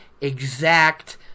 exact